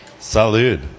Salud